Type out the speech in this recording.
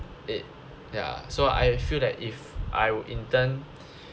it ya so I feel that if I would in term